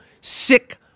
sick